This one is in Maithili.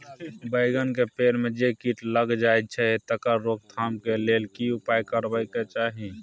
बैंगन के पेड़ म जे कीट लग जाय छै तकर रोक थाम के लेल की उपाय करबा के चाही?